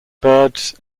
birds